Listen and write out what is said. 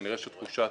כנראה שתחושת